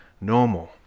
normal